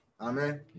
Amen